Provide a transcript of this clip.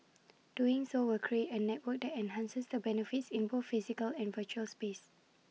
doing so will create A network that enhances the benefits in both physical and virtual space